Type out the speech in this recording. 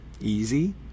easy